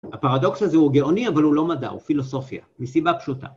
הפרדוקס הזה הוא גאוני, אבל הוא לא מדע, הוא פילוסופיה, מסיבה פשוטה.